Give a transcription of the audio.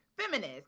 feminist